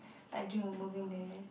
I dream of moving there